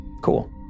Cool